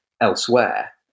elsewhere